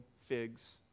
figs